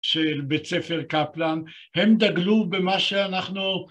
של בית ספר קפלן, הם דגלו במה שאנחנו